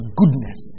goodness